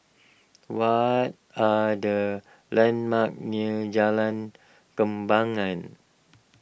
what are the landmarks near Jalan Kembangan